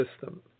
system